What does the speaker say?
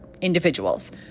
individuals